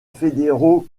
fédéraux